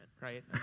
right